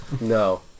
No